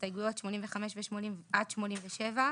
הסתייגויות 56 עד 60 בנוסח שמונח לפניכם.